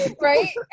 right